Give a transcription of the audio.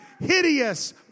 hideous